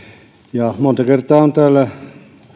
ja monta kertaa on täällä